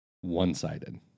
one-sided